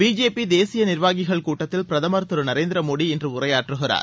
B J P தேசிய நிர்வாகிககள் கூட்டத்தில் பிரதமர் திரு நரேந்திர மோடி இன்று உரையாற்றுகிறார்